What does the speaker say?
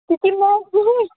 کیونکہ میں ایکچولی